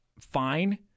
fine